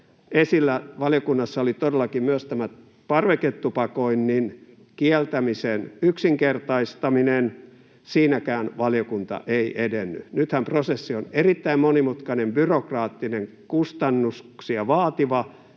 esillä valiokunnassa oli todellakin myös tämä parveketupakoinnin kieltämisen yksinkertaistaminen. Siinäkään valiokunta ei edennyt. Nythän prosessi on erittäin monimutkainen, byrokraattinen, kustannuksia vaativa,